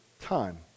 time